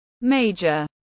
major